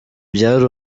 byari